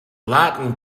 latin